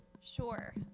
Sure